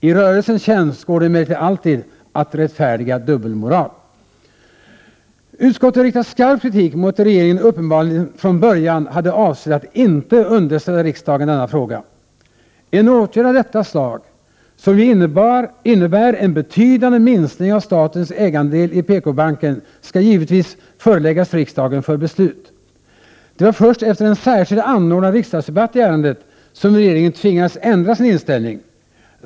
I rörelsens tjänst går det emellertid alltid att rättfärdiga dubbelmoral. Utskottet riktar skarp kritik mot att regeringen uppenbarligen från början hade avsett att inte underställa riksdagen denna fråga. En åtgärd av detta slag, som ju innebär en betydande minskning av statens ägandedel i PKbanken, skall givetvis föreläggas riksdagen för beslut. Det var först efter en särskilt anordnad riksdagsdebatt i ärendet som regeringen tvingades ändra sin inställning.